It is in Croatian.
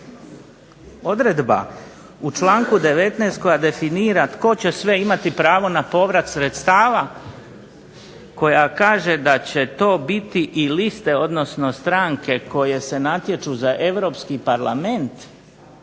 odredba u članak 19. koja definira tko će sve imati pravo na povrat sredstava koja kaže da će to biti i liste, odnosno stranke koje se natječu za Europski parlament,